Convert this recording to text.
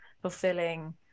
fulfilling